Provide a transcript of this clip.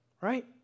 Right